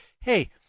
hey